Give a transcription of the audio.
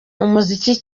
umuziki